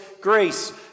grace